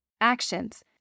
Actions